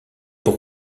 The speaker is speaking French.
pour